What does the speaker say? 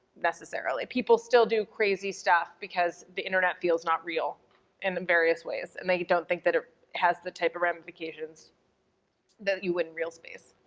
necessarily. people still do crazy stuff because the internet feels not real and in various ways and they don't think that it has the type of ramifications that you would in real space.